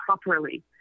properly